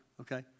okay